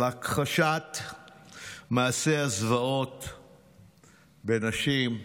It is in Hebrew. על הכחשת מעשי הזוועות בנשים,